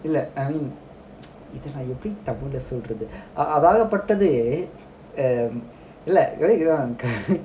feel like I mean இல்லஇதைநான்எப்பிடிதமிழ்லசொல்லறதுஅதாகப்பட்டதுஆன்இல்ல:illa ithai naan eppdi tamizhla sollaradhu athakappattadhu aan illa